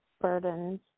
burdens